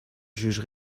juge